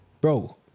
bro